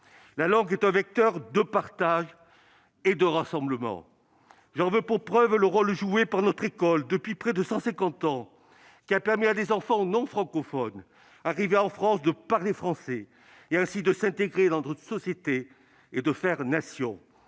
La langue est un vecteur de partage et de rassemblement. J'en veux pour preuve le rôle joué par notre école depuis près de cent cinquante ans, qui a permis à des enfants non francophones arrivés en France de parler français et, ainsi, de s'intégrer dans notre société et de faire Nation.